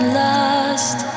lost